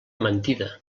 mentida